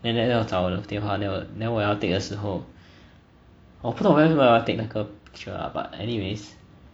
and then 我找我的电话 then 我我要 take 的时候我不懂为什么我要 take 那个 picture ah but anyways